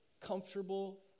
comfortable